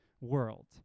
world